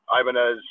Ibanez